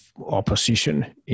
opposition